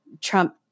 Trump